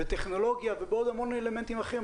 בטכנולוגיה ובעוד המון אלמנטים אחרים.